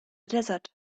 desert